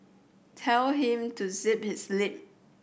tell him to zip his lip